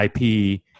IP